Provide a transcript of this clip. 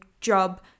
job